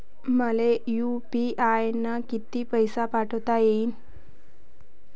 मले यू.पी.आय न किती पैसा पाठवता येईन?